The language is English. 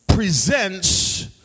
presents